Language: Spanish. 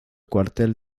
cuartel